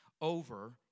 over